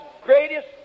greatest